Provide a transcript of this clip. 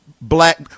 black